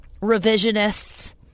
Revisionists